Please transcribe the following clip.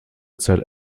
zeit